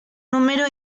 número